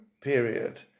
period